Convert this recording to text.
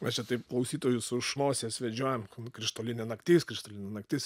mes čia taip klausytojus už nosies vedžiojam krištolinė naktis krištolinė naktis